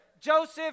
Joseph